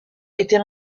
était